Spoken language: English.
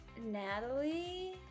Natalie